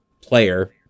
player